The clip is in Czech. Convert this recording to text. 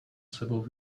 sebou